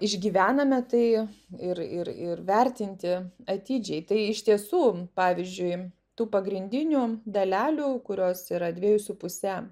išgyvename tai ir ir ir vertinti atidžiai tai iš tiesų pavyzdžiui tų pagrindinių dalelių kurios yra dviejų su puse